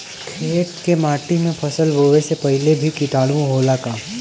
खेत के माटी मे फसल बोवे से पहिले भी किटाणु होला का?